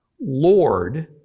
Lord